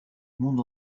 monde